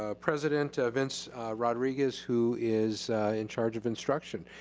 ah president vince rodriguez who is in charge of instruction.